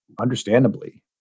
understandably